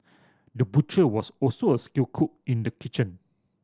the butcher was also a skilled cook in the kitchen